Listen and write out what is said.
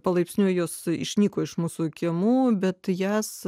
palaipsniui jos išnyko iš mūsų kiemų bet jas